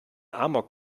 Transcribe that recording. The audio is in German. amok